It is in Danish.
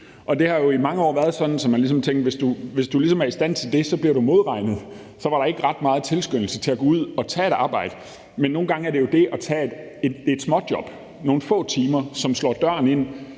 Det har jo i mange år været sådan, at man ligesom tænkte: Hvis du er i stand til det, bliver du modregnet. Og så var der ikke ret meget tilskyndelse til at gå ud og tage et arbejde. Men nogle gange er det jo det at tage et småjob nogle små timer, som slår døren ind